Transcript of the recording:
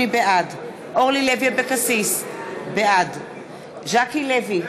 בעד אורלי לוי אבקסיס, בעד ז'קי לוי,